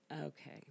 Okay